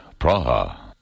Praha